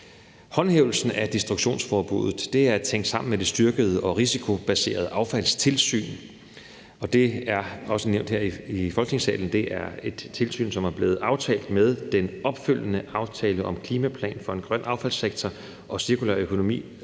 Håndhævelsen af destruktionsforbuddet er at tænke sammen med det styrkede og risikobaserede affaldstilsyn. Det er også nævnt her i Folketingssalen, at det er et tilsyn, der er blevet aftalt med den opfølgende aftale »Klimaplan for en grøn affaldssektor og cirkulær økonomi«.